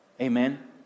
Amen